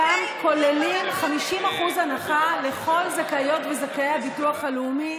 כולן כולן כולן כוללים 50% הנחה לכל זכאיות וזכאי הביטוח הלאומי,